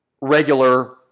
regular